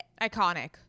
Iconic